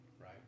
right